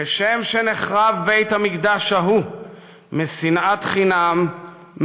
כשם שנחרב בית-המקדש משנאת חינם,